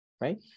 right